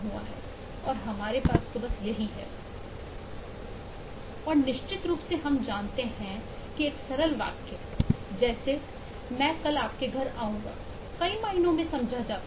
And certainly we know that even a simple sentence like I will go to your home tomorrow can be understood in several ways और निश्चित रूप से हम जानते हैं कि एक सरल वाक्य जैसे मैं कल आपके घर जाऊंगा कई मायनों में समझा जा सकता है